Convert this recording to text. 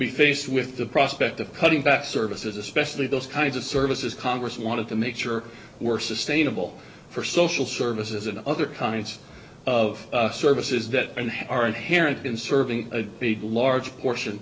be faced with the prospect of cutting back services especially those kinds of services congress want to make sure we're sustainable for social services and other kinds of services that are inherent in serving a large portion